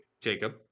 Jacob